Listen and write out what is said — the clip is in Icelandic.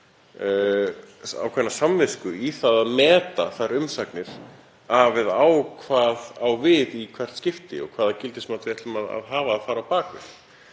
og samvisku í það að meta þær umsagnir, af eða á, hvað á við í hvert skipti og hvaða gildismat við ætlum að hafa þar á bak við